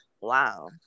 wow